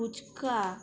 fuchka